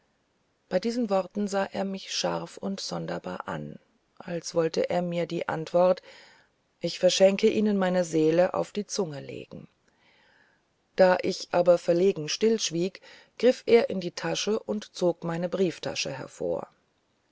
bei diesen worten sah er mich scharf und sonderbar an als wollte er mir die antwort ich verschenke ihnen meine seele auf die zunge legen da ich aber verlegen still schwieg griff er in die tasche und zog meine brieftasche vor